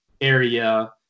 area